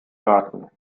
garten